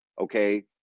okay